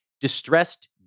distressed